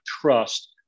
trust